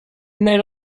neige